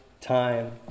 time